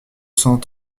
cent